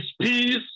peace